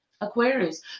Aquarius –